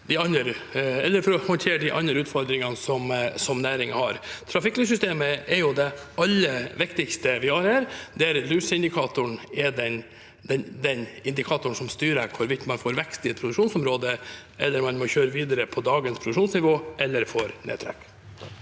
og for å håndtere de andre utfordringene næringen har. Trafikklyssystemet er det aller viktigste vi har her, der luseindikatoren er den indikatoren som styrer hvorvidt man får vekst i et produksjonsområde, eller må kjøre videre på dagens produksjonsnivå, eller får nedtrekk.